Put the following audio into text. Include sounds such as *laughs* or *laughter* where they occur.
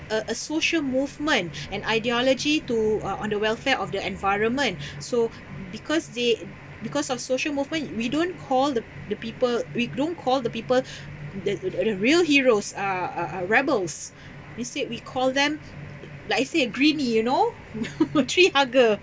a a social movement *breath* and ideology to uh on the welfare of the environment *breath* so because they because of social movement we don't call the the people we don't call the people *breath* the real heroes are are are rebels instead we call them like you said greenie you know *laughs* tree hugger